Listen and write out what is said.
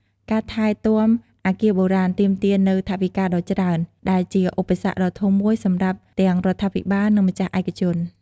ការថែទាំអគារបុរាណទាមទារនូវថវិកាដ៏ច្រើន ដែលជាឧបសគ្គដ៏ធំមួយសម្រាប់ទាំងរដ្ឋាភិបាល និងម្ចាស់ឯកជន។